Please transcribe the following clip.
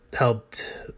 helped